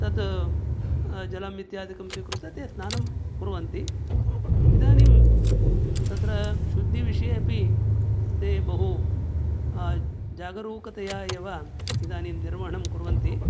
तत् जलम् इत्यादिकं स्वीकृत्य ताः स्नानं कुर्वन्ति इदानीं तत्र शुद्धिविषये अपि ते बहु जागरूकतया एव इदानीं निर्वहणं कुर्वन्ति